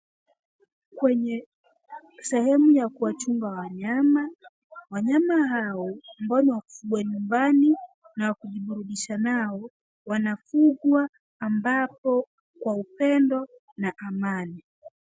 Kwenye sehemu ya kuwachunga wanyama wanyama hao mbona wafugwe nyumbani na kujiburudisha nao, wanafugwa ambapo kwa upendo na amani.